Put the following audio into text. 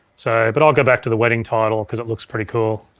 so but i'll go back to the wedding title cause it looks pretty cool